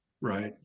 right